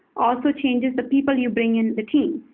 also changes the people you bring in the team,